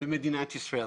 מדינת ישראל.